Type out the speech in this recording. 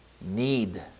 need